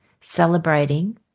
celebrating